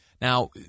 Now